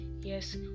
yes